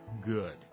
good